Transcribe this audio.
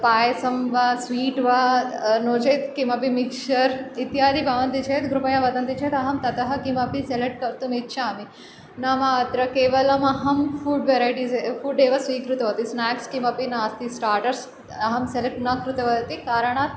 पायसं वा स्वीट् वा नो चेत् किमपि मिक्शर् इत्यादि भवन्ति चेत् कृपया वदन्ति चेत् अहं ततः किमपि सेलेक्ट् कर्तुम् इच्छामि नाम अत्र केवलमहं फ़ुड् वेरैटिस् फ़ुड् एव स्वीकृतवती स्नाक्स् किमपि नास्ति स्टार्टर्स् अहं सेलेक्ट् न कृतवती कारणात्